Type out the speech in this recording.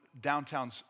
downtown